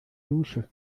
dusche